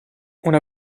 una